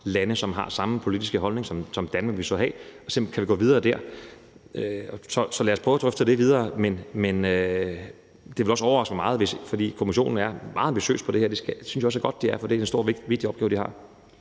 lande, som har samme politiske holdning som Danmark, og se, om vi kan gå videre dér. Så lad os prøve at drøfte det videre. Men det ville også overraske mig meget, for Kommissionen er meget ambitiøs på det her, og det synes jeg også er godt de er, for det er en stor og vigtig opgave, de har.